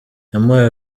yamuhaye